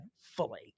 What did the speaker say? Fully